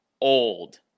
old